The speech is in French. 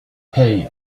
hey